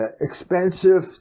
expensive